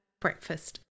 breakfast